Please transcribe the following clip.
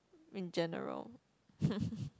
in general